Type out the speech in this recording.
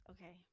Okay